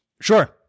Sure